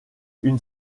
une